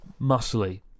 muscly